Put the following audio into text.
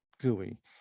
gooey